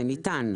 זה ניתן.